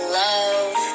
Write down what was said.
love